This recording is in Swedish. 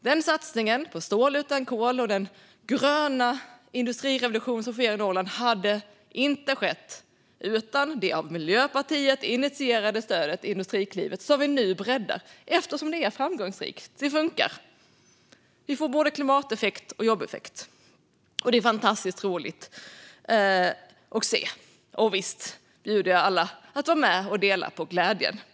Denna satsning på stål utan kol och den gröna industrirevolution som sker i Norrland hade inte skett utan det av Miljöpartiet initierade stödet Industriklivet, som vi nu breddar eftersom det är framgångsrikt - det funkar. Vi får både klimateffekt och jobbeffekt, och det är fantastiskt roligt att se. Och visst inbjuder jag alla att vara med och dela på glädjen.